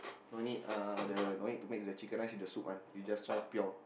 no need uh the no need to mix the chicken rice with the soup [one] you just try pure